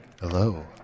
Hello